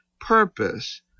purpose